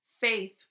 faith